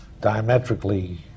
diametrically